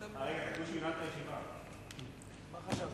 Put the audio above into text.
להעביר את הנושא לוועדת הכלכלה